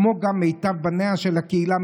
כמו גם מיטב בניה של הקהילה,